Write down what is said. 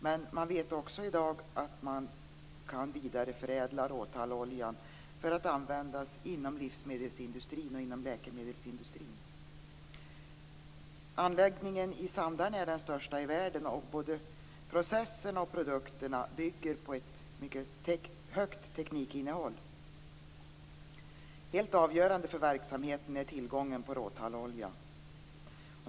Men man vet också i dag att man kan vidareförädla råtalloljan för att användas inom livsmedelsindustrin och läkemedelsindustrin. Anläggningen i Sandarne är den största i världen. Både processen och produkterna bygger på ett mycket högt teknikinnehåll. Helt avgörande för verksamheten är tillgången på råtallolja.